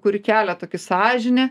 kuri kelia tokį sąžinę